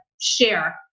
share